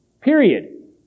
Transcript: Period